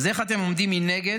אז איך אתם עומדים מנגד